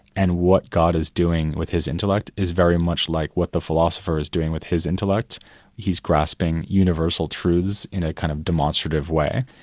and what god is doing with his intellect is very much like what the philosopher is doing with his intellect he's grasping universal truths in a kind of demonstrative way.